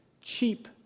cheap